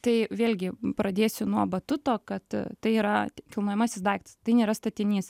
tai vėlgi pradėsiu nuo batuto kad tai yra kilnojamasis daiktas tai nėra statinys